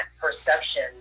perception